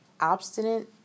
obstinate